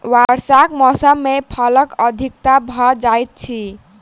वर्षाक मौसम मे फलक अधिकता भ जाइत अछि